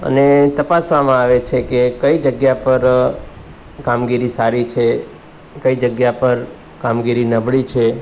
અને તપાસવામાં આવે છે કે કઈ જગ્યા પર કામગીરી સારી છે કઈ જગ્યા પર કામગીરી નબળી છે